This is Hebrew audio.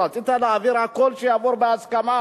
רצית להעביר הכול בהסכמה,